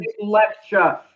lecture